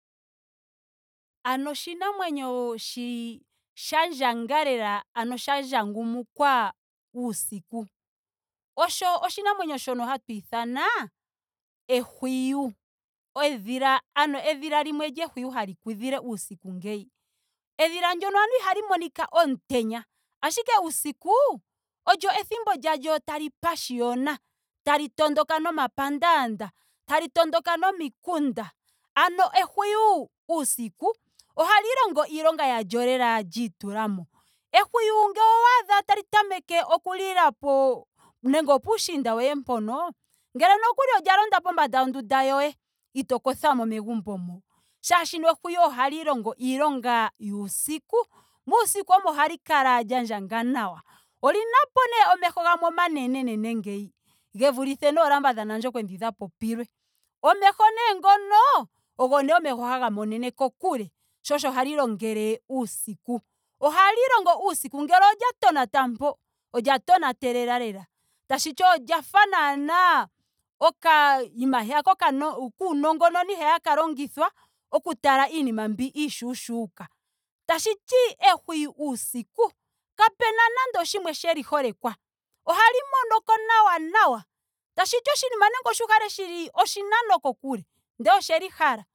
Ano oshinamwenyo sha ndjanga lela ano shandjangumukwa uusiku osho oshinamwenyo shono hatu ithana ehwiyu. Edhila. ano edhila limwe lyehwiyu hali kudhila uusiku ngeyi. Edhila ndyoka anuwa ihali monika omutenya. Ashike uusiku olyo ethimbo lyalyo tali pashiyona. tali tondoka nomapandanda. tali tondoka nomikunda. Ano ehwiyu uusiku ohali longo iilonga yalyo lela lyiitulamo. Ehwiyu ngele owaadha tali tameke oku lila po. nenge opuushiinda woye mpono. ngele nokuli olya londa pombanda yondunda yoye. ito kothamo megumbo mo. Molwaashoka ehwiyu ohali longo iilonga yuusiku. Muusiku omo hali kala lya ndjanga nawa. Olinapo nee omeho gamwe omanenene ngeyi. ge vulithe noolamba dha onandjokwe dhi dha popilwe. Omeho nee ngono ogo nee omeho haga monene kokule. Sho osho hali longele uusiku. Ohali longo uusiku. ngele olya tonata mpo olya tonatelela lela. Tashiti olya naana oka- nima heya koka kuunongononi heya haka longithwa oku tala iinima mbi iishuushuka. Tashiti ehwiyu uusiku kapena nando shimwe sheli holekwa. Ohali monoko nawa nawa. Tashiti oshinima nenge oshi kale shili oshinano kokule ndele osheli hala